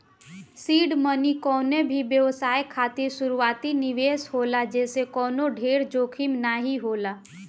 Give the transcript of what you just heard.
seed money कवनो भी व्यवसाय खातिर शुरूआती निवेश होला जेसे कवनो ढेर जोखिम नाइ होला